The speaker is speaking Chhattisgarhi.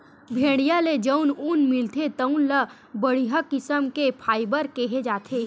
भेड़िया ले जउन ऊन मिलथे तउन ल बड़िहा किसम के फाइबर केहे जाथे